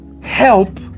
help